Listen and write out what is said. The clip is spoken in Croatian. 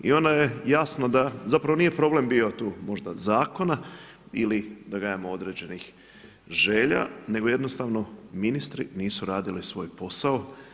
I onda je jasno da zapravo nije problem bio tu možda zakona ili da kažem određenih želja, nego jednostavno, ministri nisu radili svoj posao.